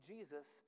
Jesus